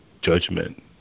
judgment